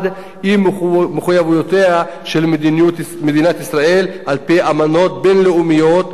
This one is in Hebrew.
עם מחויבויותיה של מדינת ישראל על-פי אמנות בין-לאומיות,